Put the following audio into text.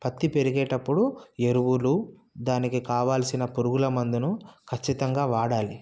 పత్తి పెరిగేటప్పుడు ఎరువులు దానికి కావలసిన పురుగుల మందును ఖచ్చితంగా వాడాలి